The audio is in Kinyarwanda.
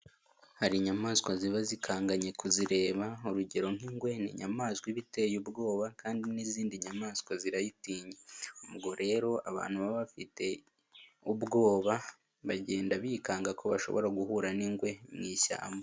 Hari inyamaswa ziba zikanganye kuzireba urugero nk'ingwe ni inyamaswa iba iteye ubwoba kandi n'izindi nyamaswa zirayitinya ubwo rero abantu baba bafite ubwoba bagenda bikanga ko bashobora guhura n'ingwe mu ishyamba.